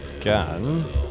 gun